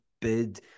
bid